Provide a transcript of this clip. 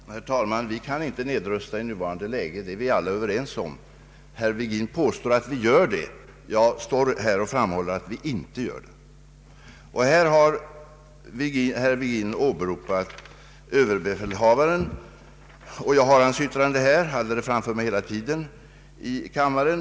Herr talman! Vi kan inte nedrusta i nuvarande läge. Det är alla överens om. Herr Virgin påstår att vi gör det. Jag står här och framhåller att vi inte gör det. Herr Virgin åberopar överbefälhavarens yttrande, som jag har haft framför mig hela tiden här i kammaren.